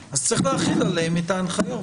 אז צריך להחיל עליהם את ההנחיות.